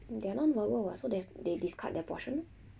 they are non verbal what so there's they discard their portion lor